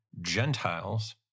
Gentiles